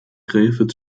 graefe